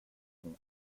fond